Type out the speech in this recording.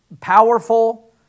powerful